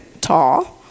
tall